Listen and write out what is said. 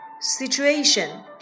situation